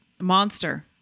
monster